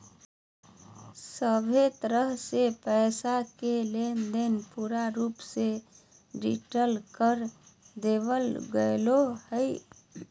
सभहे तरह से पैसा के लेनदेन पूरा रूप से डिजिटल कर देवल गेलय हें